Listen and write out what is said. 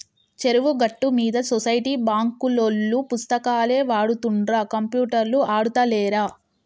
చెరువు గట్టు మీద సొసైటీ బాంకులోల్లు పుస్తకాలే వాడుతుండ్ర కంప్యూటర్లు ఆడుతాలేరా